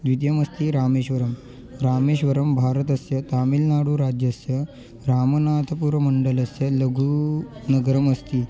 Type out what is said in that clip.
द्वितीयमस्ति रामेश्वरं रामेश्वरं भारतस्य तामिल्नाडुराज्यस्य रामनाथपुरमण्डलस्य लघु नगरमस्ति